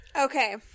Okay